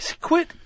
quit